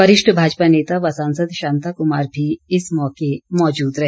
वरिष्ठ भाजपा नेता व सांसद शांता कुमार भी इस मौके मौजूद रहे